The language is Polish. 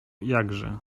jakże